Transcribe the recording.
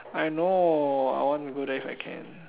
I know I want to go there if I can